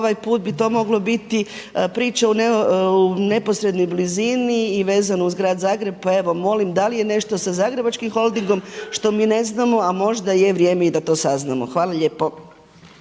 ovaj put bi to moglo biti priča u neposrednoj blizini i vezano uz grad Zagreb. Pa evo molim da je nešto sa Zagrebačkim holdingom što mi ne znamo, a možda je vrijeme i da to saznamo. Hvala lijepo.